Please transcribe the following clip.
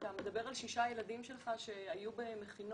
אתה מדבר על ששה ילדים שלך שהיו במכינות,